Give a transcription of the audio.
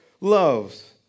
loves